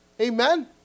Amen